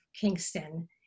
Kingston